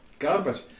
garbage